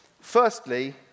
Firstly